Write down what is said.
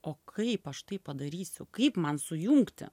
o kaip aš tai padarysiu kaip man sujungti